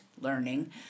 learning